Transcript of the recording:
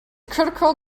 critical